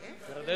כן.